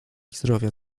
zdrowia